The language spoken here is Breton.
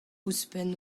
ouzhpenn